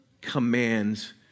commands